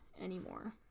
anymore